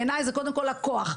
בעיניי זה קודם כל לקוח.